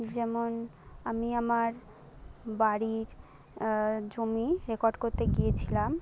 যেমন আমি আমার বাড়ির জমি রেকর্ড করতে গিয়েছিলাম